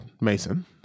Mason